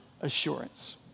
assurance